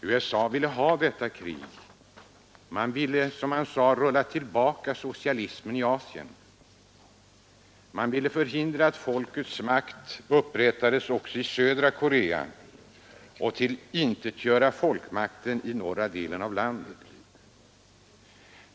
USA ville ha detta krig för att, som man sade, ”rulla tillbaka socialismen i Asien”. Man ville förhindra att folkets makt upprättades också i södra Korea och man ville tillintetgöra folkmakten i den norra delen av landet.